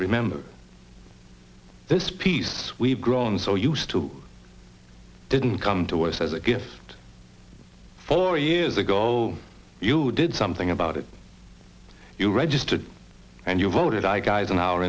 remember this piece we've grown so used to didn't come to us as a gift four years ago you did something about it you registered and you voted aye guys an hour